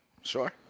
Sure